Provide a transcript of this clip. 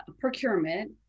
procurement